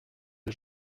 des